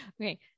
Okay